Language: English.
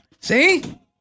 See